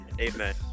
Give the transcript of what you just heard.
amen